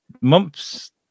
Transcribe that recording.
months